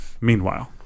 meanwhile